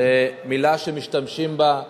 זו מלה שמשתמשים בה,